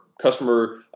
Customer